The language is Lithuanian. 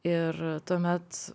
ir tuomet